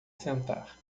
sentar